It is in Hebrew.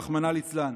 רחמנא ליצלן,